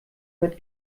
mit